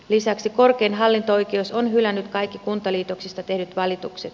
lisäksi korkein hallinto oikeus on hylännyt kaikki kuntaliitoksista tehdyt valitukset